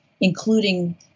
including